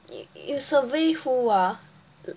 you survey who ah